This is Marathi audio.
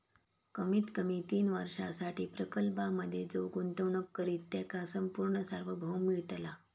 कमीत कमी तीन वर्षांसाठी प्रकल्पांमधे जो गुंतवणूक करित त्याका संपूर्ण सार्वभौम मिळतला